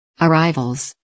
Arrivals